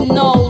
no